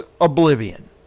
oblivion